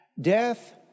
Death